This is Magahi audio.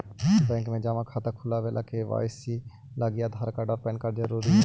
बैंक में जमा खाता खुलावे ला के.वाइ.सी लागी आधार कार्ड और पैन कार्ड ज़रूरी हई